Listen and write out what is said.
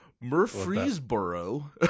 Murfreesboro